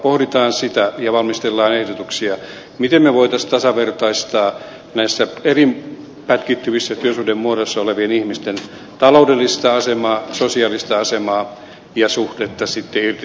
pohditaan sitä ja valmistellaan ehdotuksia miten me voisimme tasavertaistaa näissä eri pätkittyvissä työsuhdemuodoissa olevien ihmisten taloudellista asemaa sosiaalista asemaa ja suhdetta irtisanomisiin